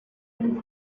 his